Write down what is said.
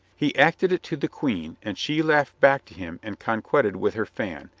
he acted it to the queen, and she laughed back to him and conquetted with her fan,